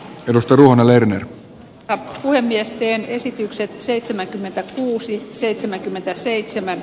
perusteluna lerner katsoi miesten esitykset seitsemänkymmentäkuusi seitsemänkymmentäseitsemän